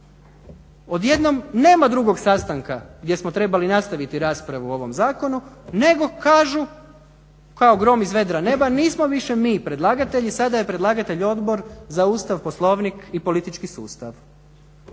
Odjednom nema drugog sastanka gdje smo trebali nastaviti raspraviti raspravu o ovom zakonu nego kažu kao grom iz vedra nema, nismo više mi predlagatelji sada je predlagatelj Odbor za Ustav, Poslovnik i politički sustav.